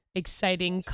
exciting